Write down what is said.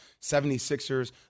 76ers